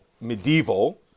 medieval